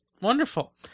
wonderful